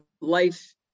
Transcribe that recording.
life